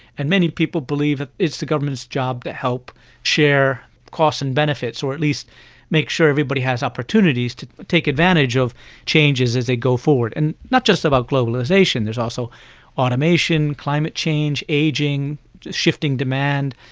and many people believe that it's the government's job to help share the costs and benefits, or at least make sure everybody has opportunities to take advantage of changes as they go forward, and not just about globalisation, there's also automation, climate change, ageing, just shifting demand.